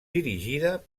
dirigida